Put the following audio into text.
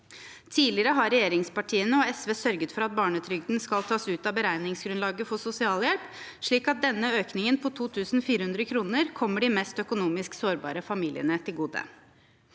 Tidligere har regjeringspartiene og SV sørget for at barnetrygden skal tas ut av beregningsgrunnlaget for sosialhjelp, slik at denne økningen, på 2 400 kr, kommer de økonomisk mest sårbare familiene til gode.